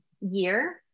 year